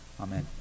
Amen